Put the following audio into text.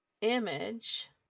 image